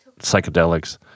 psychedelics